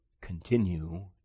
continue